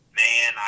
man